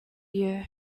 you